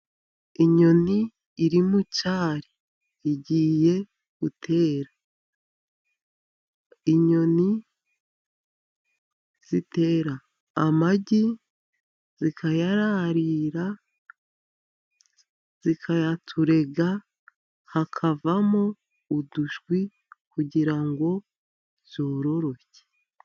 Inyoni iri mu cyari igiye gutera. Inyoni zitera amagi zikayararira, zikayaturega, hakavamo udushwi kugira ngo zororoke.